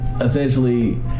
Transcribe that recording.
essentially